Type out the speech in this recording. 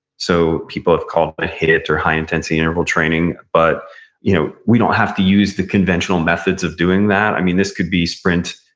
so people have called it hit, or high intensity interval training, but you know we don't have to use the conventional methods of doing that. i mean this could be sprints,